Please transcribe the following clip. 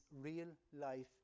real-life